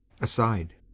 Aside